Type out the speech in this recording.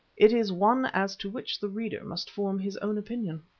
it is one as to which the reader must form his own opinion.